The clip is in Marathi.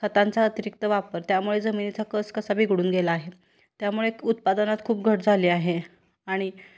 खतांचा अतिरिक्त वापर त्यामुळे जमिनीचा कस कसा बिघडून गेला आहे त्यामुळे उत्पादनात खूप घट झाली आहे आणि